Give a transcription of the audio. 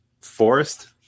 Forest